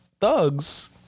thugs